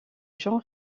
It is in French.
jean